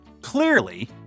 Clearly